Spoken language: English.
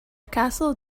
castle